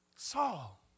Saul